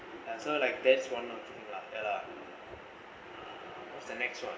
so like that's one lah ya lah what's the next one